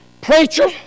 Preacher